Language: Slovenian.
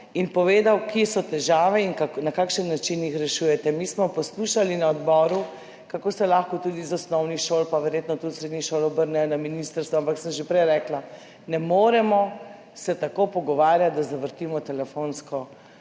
in povedal, kje so težave in na kakšen način jih rešujete. Mi smo poslušali na odboru, kako se lahko tudi z osnovnih šol, pa verjetno tudi srednjih šol, obrnejo na ministrstvo, ampak sem že prej rekla, ne moremo se pogovarjati tako, da zavrtimo telefonsko